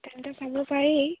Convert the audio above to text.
তেন্তে চাব পাৰি